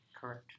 Correct